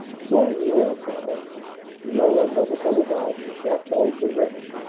so the old town beyond are the boulevards and chateaux of the rich.